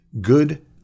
good